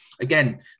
again